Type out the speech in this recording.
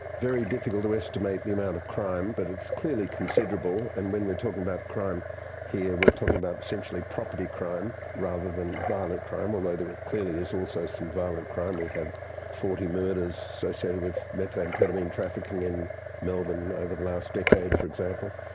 very difficult to estimate the amount of crime, but it's clearly considerable, and when we're talking about crime here we're talking about essentially property crime rather than violent crime, although there are clearly is also some violent crime, we had forty murders associated with methamphetamine trafficking in melbourne over the last decade, for example,